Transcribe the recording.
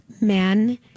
men